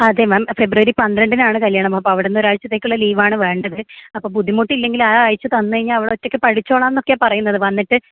അതെ ma'am February പന്ത്രണ്ടിനാണ് കല്യാണം അപ്പോൾ അവിടുന്നൊരാഴ്ചത്തേക്കുള്ള ലീവാണ് വേണ്ടത് അപ്പോൾ ബുദ്ധിമുട്ടില്ലെങ്കിൽ ആ ആഴ്ച തന്നുകഴിഞ്ഞാൽ അവളൊറ്റക്ക് പഠിച്ചോളാംന്നൊക്കെയാണ് പറയുന്നത് വന്നിട്ട്